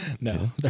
no